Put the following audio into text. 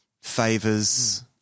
favors